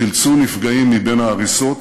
חילצו נפגעים מבין ההריסות,